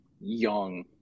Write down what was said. Young